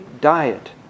diet